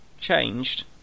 changed